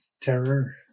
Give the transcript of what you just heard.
terror